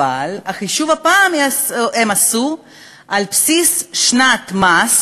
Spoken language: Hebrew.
אבל הפעם הם עשו את החישוב על בסיס שנת המס